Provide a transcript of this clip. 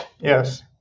yes